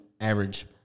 average